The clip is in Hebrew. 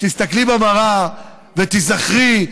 כשתסתכלי במראה ותיזכרי,